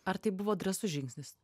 ar tai buvo drąsus žingsnis